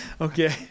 Okay